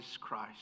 Christ